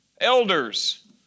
elders